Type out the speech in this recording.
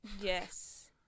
Yes